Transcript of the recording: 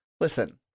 listen